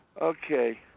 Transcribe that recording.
Okay